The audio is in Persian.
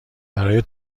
برای